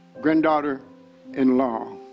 granddaughter-in-law